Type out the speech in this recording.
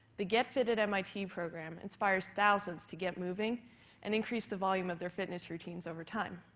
the get fit at mit program inspires thousands to get moving and increase the volume of their fitness routines over time.